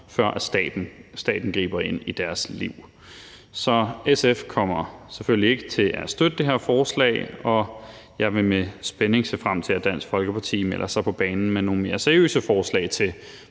før staten griber ind i deres liv. Så SF kommer selvfølgelig ikke til at støtte det her forslag, og jeg vil med spænding se frem til, at Dansk Folkeparti melder sig på banen med nogle mere seriøse forslag til,